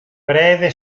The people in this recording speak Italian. breve